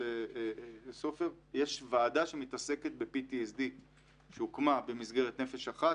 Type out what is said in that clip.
יש ועדה שמתעסקה ב-PTSD שהוקמה במסגרת נפש אחת,